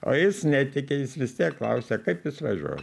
o jis netiki jis vis tiek klausia kaip jis važiuos